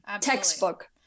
textbook